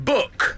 Book